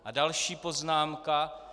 A další poznámka.